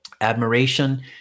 Admiration